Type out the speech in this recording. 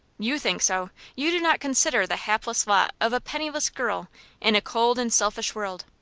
you think so. you do not consider the hapless lot of a penniless girl in a cold and selfish world.